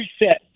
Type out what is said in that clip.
reset